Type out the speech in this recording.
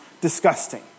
disgusting